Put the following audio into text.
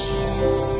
Jesus